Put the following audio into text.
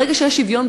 ברגע שיש שוויון,